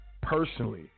personally